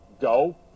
go